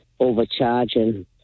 overcharging